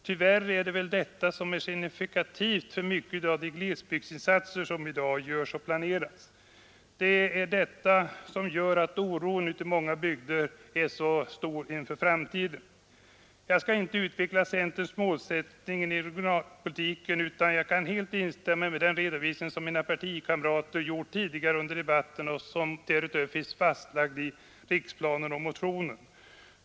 Tyvärr är det väl detta som är signifikativt för många av de glesbygdsinsatser som i dag görs och planeras. Det är detta som gör att oron ute i många bygder är så stor inför framtiden. Jag skall inte utveckla centerns målsättning i regionalpolitiken utan kan helt instämma i den redovisning som mina partikamrater gjort tidigare under debatten och som finns fastlagd i vår riksplan och i motionen.